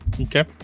Okay